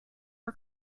our